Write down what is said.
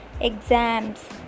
exams